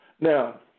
Now